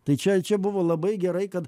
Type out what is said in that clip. tai čia čia buvo labai gerai kad